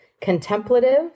contemplative